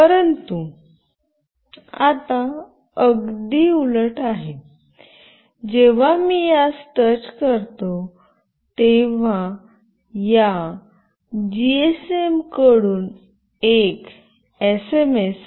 परंतु आता अगदी उलट आहे जेव्हा मी यास टच करतो तेव्हा या जीएसएम कडून एक एसएमएस